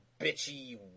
bitchy